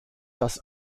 das